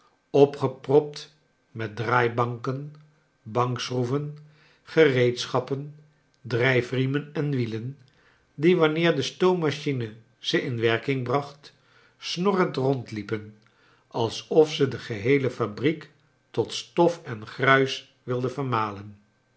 opgepropt met draaibank en bank schroeven gereedschappen drijfriemen en wielen die wanneer de stoommachine ze in werking bracht snorrend rondliepen alsof ze de geheele fabriek tot stof en gruis wilden vermalen